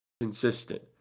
consistent